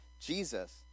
Jesus